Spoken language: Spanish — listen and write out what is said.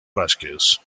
vásquez